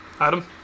Adam